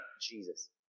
Jesus